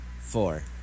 four